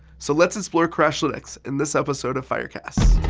so let's explore crashlytics in this episode of firecasts.